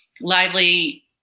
lively